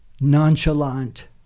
nonchalant